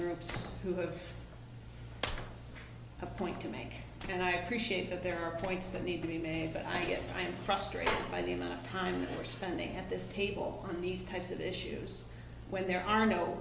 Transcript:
groups who have a point to make and i appreciate that there are points that need to be made but i guess i'm frustrated by the amount of time we're spending at this table on these types of issues when there are no